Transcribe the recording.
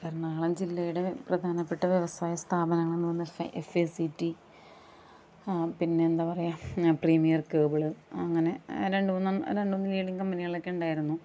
എറണാകുളം ജില്ലയുടെ പ്രധാനപ്പെട്ട വ്യവസായ സ്ഥാപനങ്ങളെന്ന് പറയുന്നത് ഫെ എഫ് സിറ്റി പിന്നെയെന്താ പറയുക പ്രീമിയര് കേബില് അങ്ങനെ രണ്ട് മൂന്ന് എൺ രണ്ട് മൂന്ന് ലീഡിങ് കമ്പനികളൊക്കെ ഉണ്ടായിരുന്നു